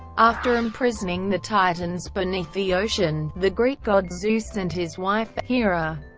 after imprisoning the titans beneath the ocean, the greek gods zeus and his wife, hera,